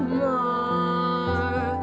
more